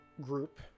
group